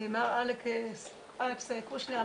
ומר אלכס קושניר,